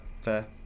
fair